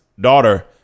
daughter